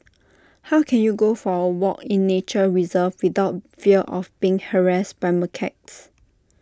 how can you go for A walk in nature reserve without fear of being harassed by macaques